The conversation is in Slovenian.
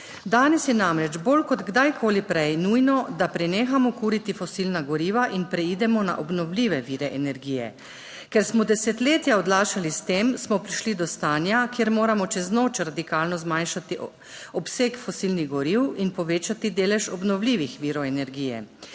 Danes je namreč bolj kot kdajkoli prej nujno, da prenehamo kuriti fosilna goriva in preidemo na obnovljive vire energije. Ker smo desetletja odlašali s tem, smo prišli do stanja, kjer moramo čez noč radikalno zmanjšati obseg fosilnih goriv in povečati delež obnovljivih virov energije.